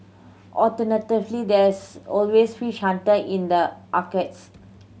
alternatively there's always Fish Hunter in the arcades